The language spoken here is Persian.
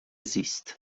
زیست